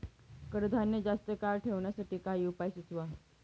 कडधान्य जास्त काळ साठवून ठेवण्यासाठी काही उपाय सुचवा?